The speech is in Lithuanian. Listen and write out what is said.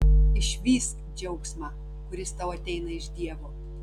išvysk džiaugsmą kuris tau ateina iš dievo